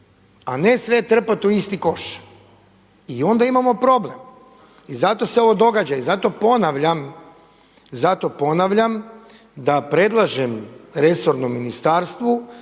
a ne sve trpati u isti koš. I onda imamo problem. I zato se ovo događa. I zato ponavljam, zato ponavljam da predlažem resornom ministarstvu